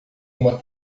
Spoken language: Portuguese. uma